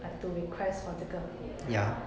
like to request for 这个